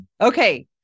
Okay